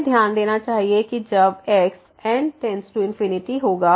हमें ध्यान देना चाहिए कि जब x n→∞ होगा